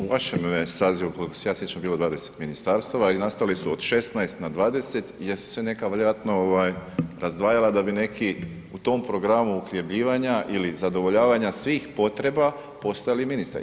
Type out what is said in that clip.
U vašem sazivu koliko se ja sjećam je bilo 20 ministarstava i nastali su od 16 na 20 jer su se neka vjerojatno razdvajala da bi neki u tom programu uljebljivanja ili zadovoljavanja svih potreba, postali ministri.